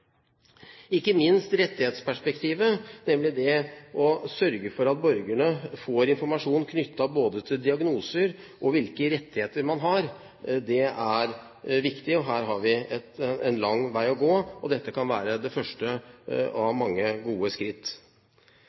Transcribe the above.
Ikke minst er rettighetsperspektivet viktig, nemlig det å sørge for at borgerne får informasjon knyttet både til diagnoser og til hvilke rettigheter man har. Her har vi en lang vei å gå. Dette kan være det første av mange gode skritt.